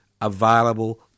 available